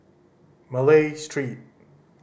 Malay Street